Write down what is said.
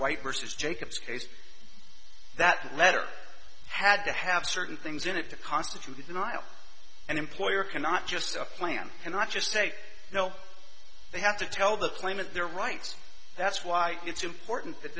white versus jacobs case that letter had to have certain things in it to constitute the denial and employer cannot just plan and not just say you know they have to tell the claimant their rights that's why it's important that